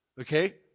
okay